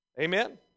Amen